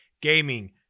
gaming